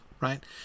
right